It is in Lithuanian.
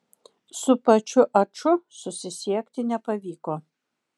su pačiu aču susisiekti nepavyko